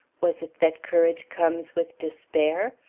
was it that courage comes with despair?